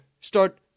start